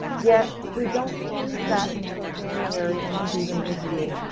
yet we don't change that until january when we do the midyear.